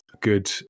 good